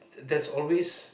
that's always